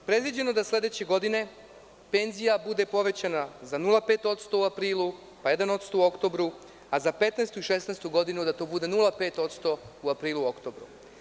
Predviđeno je da sledeće godine penzija bude povećana za 0,5% u aprilu, pa 1% u oktobru, a za 2015. i 2016. godinu da to bude 0,5% u aprilu i oktobru.